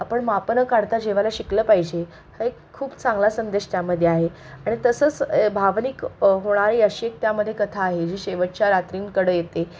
आपण मापं न काढता जेवायला शिकलं पाहिजे हा एक खूप चांगला संदेश त्यामध्ये आहे आणि तसंच भावनिक होणारी अशी एक त्यामध्ये कथा आहे जी शेवटच्या रात्रींकडं येते